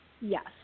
yes